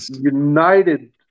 united